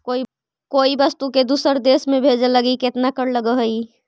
कोई वस्तु के दूसर देश में भेजे लगी केतना कर लगऽ हइ?